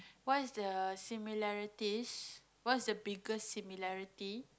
what's the similarities what's the biggest similarity